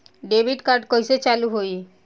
Debit card कइसे चालू होई?